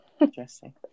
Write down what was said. Interesting